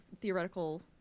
theoretical